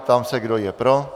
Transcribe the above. Ptám se, kdo je pro.